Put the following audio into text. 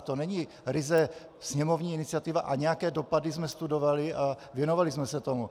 To není ryze sněmovní iniciativa a nějaké dopady jsme studovali a věnovali jsme se tomu.